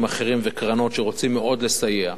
אחרים וקרנות שרוצים מאוד לסייע.